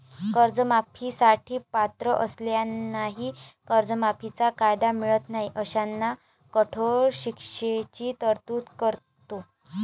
कर्जमाफी साठी पात्र असलेल्यांनाही कर्जमाफीचा कायदा मिळत नाही अशांना कठोर शिक्षेची तरतूद करतो